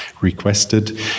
requested